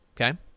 Okay